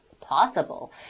possible